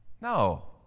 no